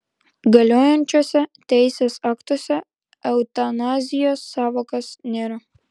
galiojančiuose teisės aktuose eutanazijos sąvokos nėra